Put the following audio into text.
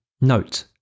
Note